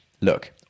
Look